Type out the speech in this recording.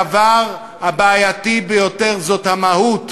הדבר הבעייתי ביותר הוא המהות.